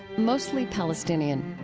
mostly palestinian